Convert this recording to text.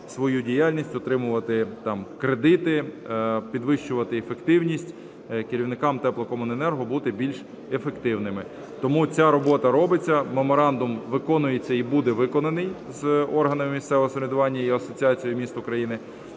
свою діяльність, отримувати там кредити, підвищувати ефективність, керівникам теплокомуненерго бути більш ефективними. Тому оця робота робиться. Меморандум виконується і буде виконаний з органами місцевого самоврядування і Асоціацією міст України.